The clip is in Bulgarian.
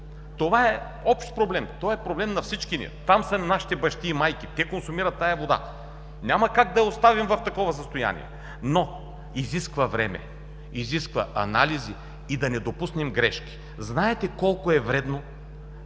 Това е общ проблем, той е проблем на всички ни. Там са нашите бащи и майки, те консумират тази вода. Няма как да я оставим в такова състояние, но изисква време, изисква анализи и да не допуснем грешки. Знаете колко е вредно